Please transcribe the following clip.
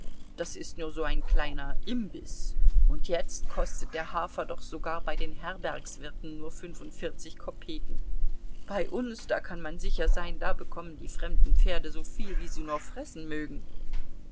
das ist nur so ein kleiner imbiß und jetzt kostet der hafer doch sogar bei den herbergswirten nur fünfundvierzig kopeken bei uns da kann man sicher sein da bekommen die fremden pferde so viel wie sie nur fressen mögen